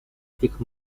этих